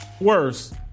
Worse